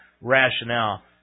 rationale